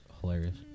hilarious